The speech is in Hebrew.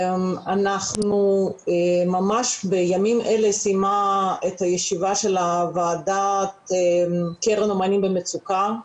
ממש בימים אלה סיימה את הישיבה שלה ועדת קרן אומנים במצוקה,